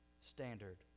standard